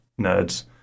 nerds